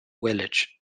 village